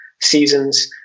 seasons